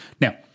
now